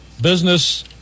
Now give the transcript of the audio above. business